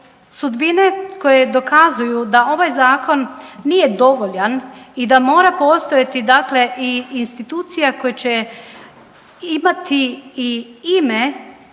sudbine koje dokazuju da ovaj zakon nije dovoljan i da mora postojati, dakle i institucija koja će imati i ime